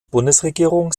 bundesregierung